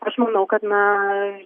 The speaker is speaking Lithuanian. aš manau kad na